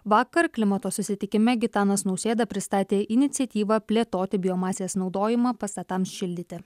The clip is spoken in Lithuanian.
vakar klimato susitikime gitanas nausėda pristatė iniciatyvą plėtoti biomasės naudojimą pastatams šildyti